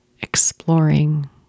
exploring